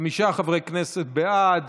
חמישה חברי כנסת בעד,